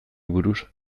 buruz